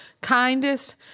kindest